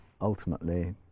ultimately